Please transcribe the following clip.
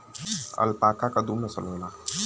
alpaca क दू नसल होला